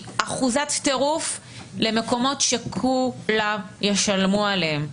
אחוזת טירוף למקומות שכולם ישלמו עליהם.